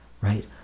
right